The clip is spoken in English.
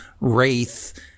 wraith